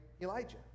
Elijah